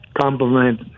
compliment